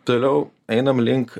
toliau einam link